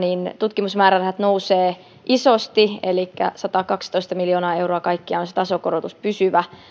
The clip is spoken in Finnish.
tutkimusmäärärahat nousevat isosti elikkä satakaksitoista miljoonaa euroa kaikkiaan on se pysyvä tasokorotus